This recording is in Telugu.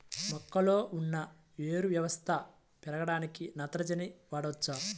మొక్కలో ఉన్న వేరు వ్యవస్థ పెరగడానికి నత్రజని వాడవచ్చా?